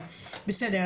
אבל בסדר,